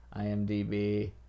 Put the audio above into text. IMDb